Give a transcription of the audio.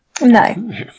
No